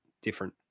different